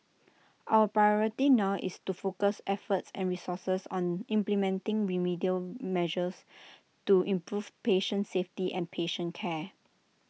our priority now is to focus efforts and resources on implementing remedial measures to improve patient safety and patient care